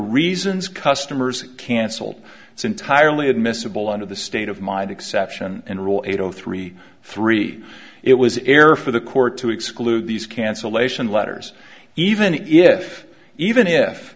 reasons customers canceled it's entirely admissible under the state of mind exception in rule eight zero three three it was error for the court to exclude these cancellation letters even if even if